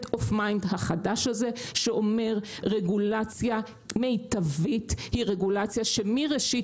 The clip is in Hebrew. החדש הזה שאומר רגולציה מיטבית היא רגולציה שמראשית